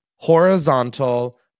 horizontal